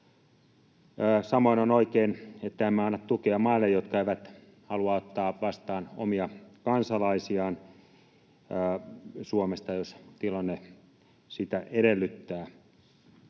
Samoin on oikein, että emme anna tukea maille, jotka eivät halua ottaa vastaan omia kansalaisiaan Suomesta, jos tilanne sitä edellyttää.